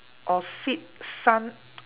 or